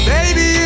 Baby